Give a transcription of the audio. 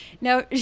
now